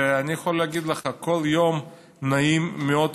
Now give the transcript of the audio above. ואני יכול להגיד לך שכל יום נעים מאות